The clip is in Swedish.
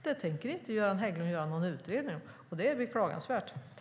Det tänker inte Göran Hägglund göra någon utredning om, och det är beklagansvärt.